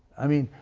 i mean,